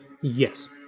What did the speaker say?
Yes